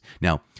Now